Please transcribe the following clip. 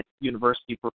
university